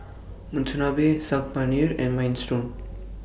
Monsunabe Saag Paneer and Minestrone